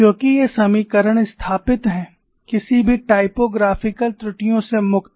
क्योंकि ये समीकरण सत्यापित हैं किसी भी टाइपोग्राफिकल त्रुटियों से मुक्त